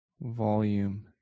volume